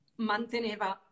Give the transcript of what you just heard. manteneva